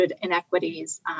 inequities